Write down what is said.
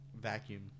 vacuum